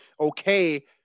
Okay